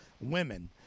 women